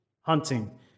Hunting